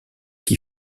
qui